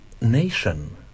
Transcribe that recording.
nation